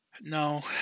No